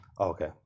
Okay